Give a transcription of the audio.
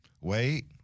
Wait